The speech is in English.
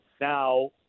Now